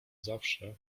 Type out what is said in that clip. zawsze